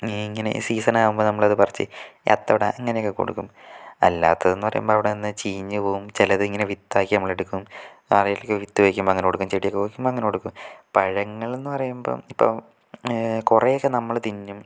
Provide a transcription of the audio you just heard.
ഇങ്ങനെ സീസണാകുമ്പോൾ നമ്മളത് പറിച്ച് ഈ അത്തം ഇടാൻ അങ്ങനെ ഒക്കെ കൊടുക്കും അല്ലാത്തതെന്ന് പറയുമ്പം അവിടെ നിന്ന് ചീഞ്ഞ് പോവും ചിലത് ഇങ്ങനെ വിത്താക്കി നമ്മളെടുക്കും ആരേലുമൊക്കെ വിത്ത് ചോദിക്കുമ്പോൾ അങ്ങനെ കൊടുക്കും ചെടിയൊക്കെ ചോദിക്കുമ്പോൾ അങ്ങനെ കൊടുക്കും പഴങ്ങളെന്ന് പറയുമ്പം ഇപ്പം കുറെയൊക്കെ നമ്മള് തിന്നും